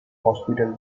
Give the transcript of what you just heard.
hospital